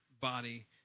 body